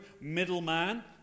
middleman